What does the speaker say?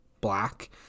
black